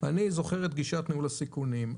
אני זוכר את גישת ניהול הסיכונים.